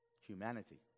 Humanity